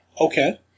Okay